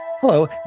Hello